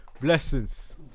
Blessings